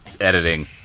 editing